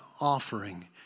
offering